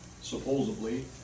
supposedly